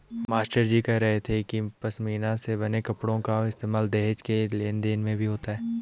मास्टरजी कह रहे थे कि पशमीना से बने कपड़ों का इस्तेमाल दहेज के लेन देन में भी होता था